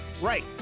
Right